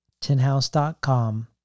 tinhouse.com